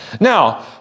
Now